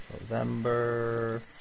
November